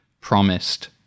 promised